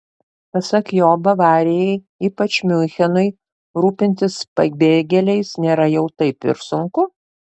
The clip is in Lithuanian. pasak jo bavarijai ypač miunchenui rūpintis pabėgėliais nėra taip jau ir sunku